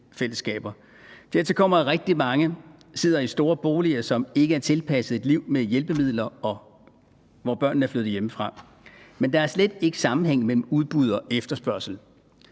Dertil kommer, at rigtig mange sidder i store boliger, som ikke er tilpasset et liv med hjælpemidler, og hvor børnene er flyttet hjemmefra. Men der er slet ikke sammenhæng mellem udbud og efterspørgsel.